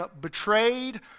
betrayed